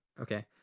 okay